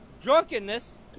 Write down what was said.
drunkenness